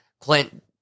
Clint